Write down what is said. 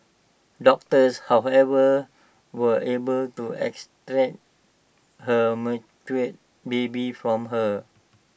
doctors however were able to extract her baby from her